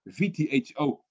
VTHO